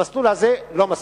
המסלול הזה לא מספיק.